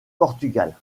portugal